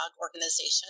Organization